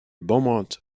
beaumont